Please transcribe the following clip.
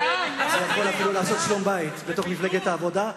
זה יכול אפילו לעשות שלום-בית במפלגת העבודה.